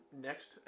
next